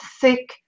thick